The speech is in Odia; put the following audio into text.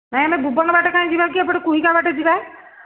ନାଇଁ ନାଇଁ ଭୁବନ ପଟେ କାଇଁ ଯିବା କି ଏପଟେ କୁହିକା ପଟେ ଯିବା